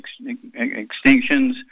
extinctions